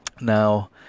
now